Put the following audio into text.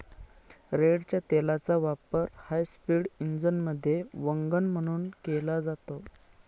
रेडच्या तेलाचा वापर हायस्पीड इंजिनमध्ये वंगण म्हणून केला जातो